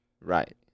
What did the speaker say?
Right